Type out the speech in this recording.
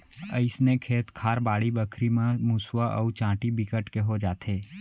अइसने खेत खार, बाड़ी बखरी म मुसवा अउ चाटी बिकट के हो जाथे